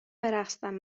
برقصم